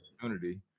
opportunity